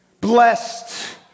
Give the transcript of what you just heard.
blessed